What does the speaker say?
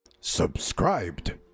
Subscribed